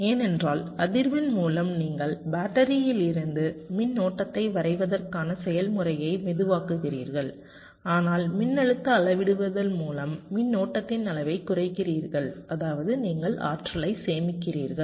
ஏனென்றால் அதிர்வெண் மூலம் நீங்கள் பேட்டரியிலிருந்து மின்னோட்டத்தை வரைவதற்கான செயல்முறையை மெதுவாக்குகிறீர்கள் ஆனால் மின்னழுத்த அளவிடுதல் மூலம் மின்னோட்டத்தின் அளவைக் குறைக்கிறீர்கள் அதாவது நீங்கள் ஆற்றலைச் சேமிக்கிறீர்கள்